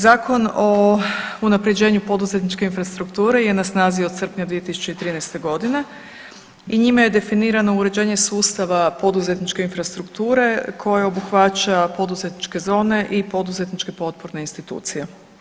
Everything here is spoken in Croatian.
Zakon o unapređenju poduzetničke infrastrukture je na snazi od srpnja 2013. godine i njime je definirano uređenje sustava poduzetničke infrastrukture koje obuhvaća poduzetničke zone i poduzetničke potporne institucije.